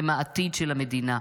הם העתיד של המדינה.